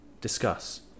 Discuss